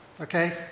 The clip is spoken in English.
okay